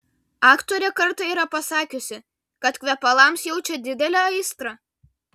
aktorė kartą yra pasakiusi kad kvepalams jaučia didelę aistrą